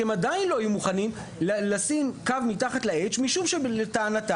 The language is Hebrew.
הם עדיין לא יהיו מוכנים לשים קו מתחת ל-H משום שלטענתם,